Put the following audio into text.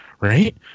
right